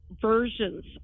versions